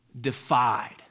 defied